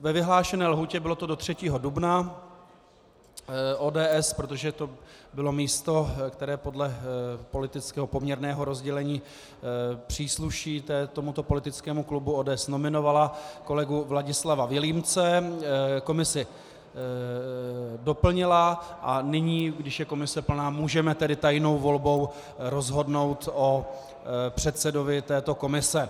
Ve vyhlášené lhůtě, bylo to do 3. dubna, ODS, protože to bylo místo, které podle politického poměrného rozdělení přísluší tomuto politickému klubu, ODS nominovala kolegu Vladislava Vilímce, komisi doplnila a nyní, když je komise plná, můžeme tedy tajnou volbou rozhodnout o předsedovi této komise.